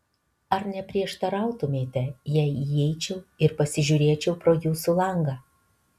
ar neprieštarautumėte jei įeičiau ir pasižiūrėčiau pro jūsų langą